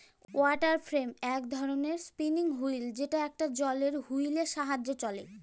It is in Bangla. ওয়াটার ফ্রেম এক ধরনের স্পিনিং হুইল যেটা একটা জলের হুইলের সাহায্যে চলে